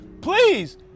please